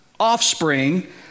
offspring